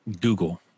google